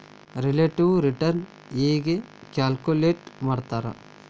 relative return ಹೆಂಗ calculate ಮಾಡ್ತಾರಾ